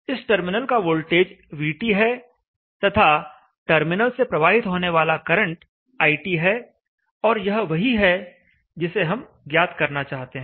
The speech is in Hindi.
इस टर्मिनल का वोल्टेज vT है तथा टर्मिनल से प्रवाहित होने वाला करंट iT है और यह वही है जिसे हम ज्ञात करना चाहते हैं